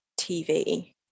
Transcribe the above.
TV